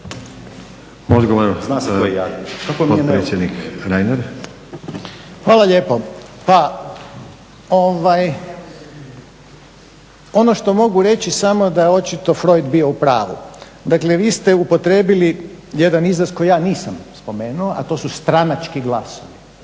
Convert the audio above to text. **Reiner, Željko (HDZ)** Hvala lijepo. Pa ono što mogu reći samo da je očito Freud bio u pravu. Dakle, vi ste upotrijebili jedan izraz koji ja nisam spomenuo, a to su stranački glasovi.